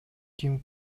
ким